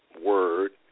word